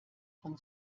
von